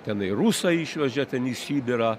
tenai rusai išvežė ten į sibirą